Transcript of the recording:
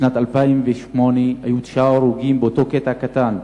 בשנת 2008 היו תשעה הרוגים באותו קטע קטן,